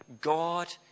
God